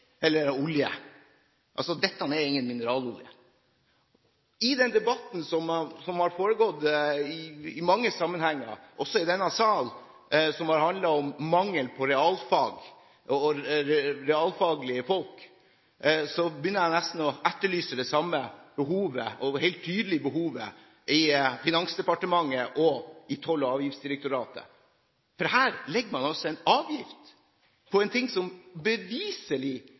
eller olje – dette er ingen mineralolje. I den debatten som har foregått i mange sammenhenger, også i denne sal, som har handlet om mangel på realfag og realfagfolk, begynner jeg nesten å etterlyse det samme – og helt tydelige – behovet i Finansdepartementet og i Toll- og avgiftsdirektoratet. Her legger man altså en avgift på en ting som beviselig